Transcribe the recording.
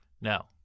No